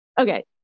Okay